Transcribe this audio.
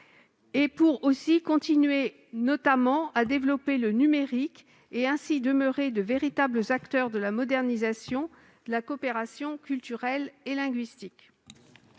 pour continuer de développer le numérique et ainsi demeurer de véritables acteurs de la modernisation de la coopération culturelle et linguistique.